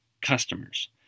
customers